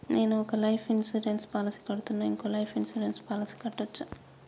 నేను ఒక life insurance policy కడ్తున్నా, ఇంకో లైఫ్ ఇన్సూరెన్స్ పాలసీ కట్టొచ్చా?